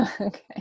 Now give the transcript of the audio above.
okay